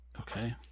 Okay